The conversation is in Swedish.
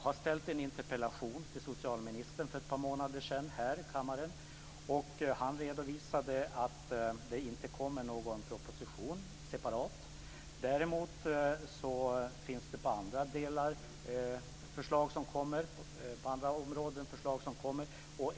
Jag väckte en interpellation till socialministern för ett par månader sedan. Han redovisade att det inte kommer någon separat proposition. Däremot finns det förslag som kommer på andra områden.